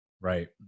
right